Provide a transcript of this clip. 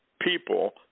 people